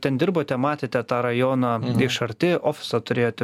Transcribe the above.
ten dirbote matėte tą rajoną iš arti ofisą turėjote